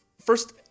First